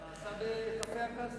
זה נעשה בקפה הקסטל.